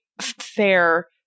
fair